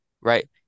right